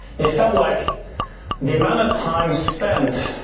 he felt like the amount of time spent.